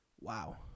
Wow